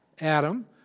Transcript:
Adam